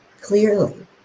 clearly